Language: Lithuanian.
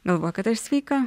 galvoja kad aš sveika